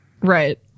Right